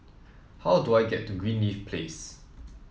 how do I get to Greenleaf Place